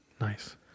Nice